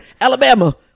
Alabama